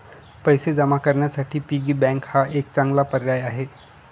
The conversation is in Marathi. पैसे जमा करण्यासाठी पिगी बँक हा एक चांगला पर्याय आहे